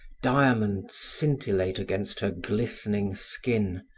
diamonds scintillate against her glistening skin.